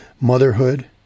Motherhood